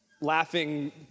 laughing